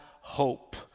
hope